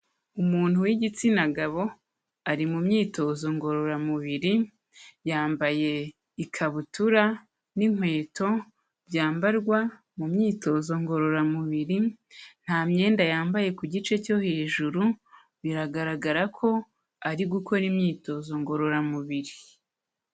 Umuntu w'igitsina gabo ari mu myitozo ngororamubiri, yambaye ikabutura n'inkweto byambarwa mu myitozo ngororamubiri, nta myenda yambaye ku gice cyo hejuru, biragaragara ko ari gukora imyitozo ngororamubiri.